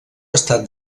estat